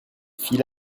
fille